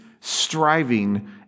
striving